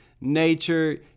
nature